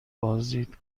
بازدید